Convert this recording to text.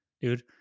dude